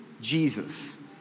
Jesus